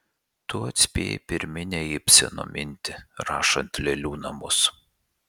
tu atspėjai pirminę ibseno mintį rašant lėlių namus